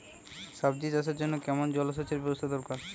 সবজি চাষের জন্য কেমন জলসেচের ব্যাবস্থা দরকার?